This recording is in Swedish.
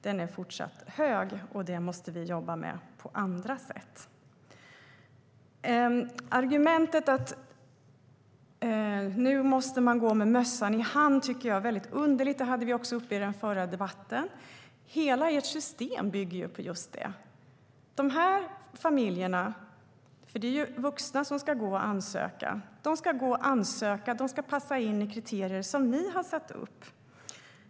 Den är fortsatt hög, och det måste vi jobba med på andra sätt. Argumentet att man nu måste gå med mössan i hand tycker jag är väldigt underligt, och det hade vi också uppe i den tidigare debatten. Hela ert system bygger ju på just det. De här familjerna - det är ju vuxna som ska gå och ansöka - ska ansöka och passa in i kriterier ni har satt upp.